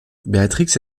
béatrix